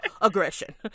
aggression